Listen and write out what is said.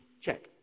Check